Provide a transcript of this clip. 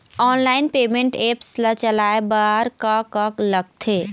Online payment apps ला चलाए बार का का लगथे?